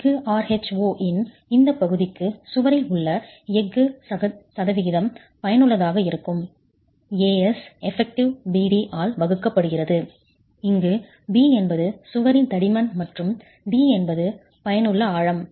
எஃகு Rho இன் இந்த பகுதிக்கு சுவரில் உள்ள எஃகு சதவிகிதம் பயனுள்ளதாக இருக்கும் effective bd ஆல் வகுக்கப்படுகிறது இங்கு b என்பது சுவரின் தடிமன் மற்றும் d என்பது பயனுள்ள ஆழம்